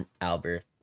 albert